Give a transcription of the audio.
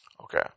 Okay